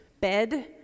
bed